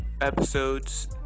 episodes